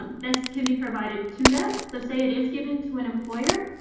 um this can be provided to them. so say it is given to an employer,